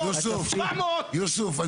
--- יוסף,